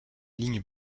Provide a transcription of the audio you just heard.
lignes